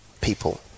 people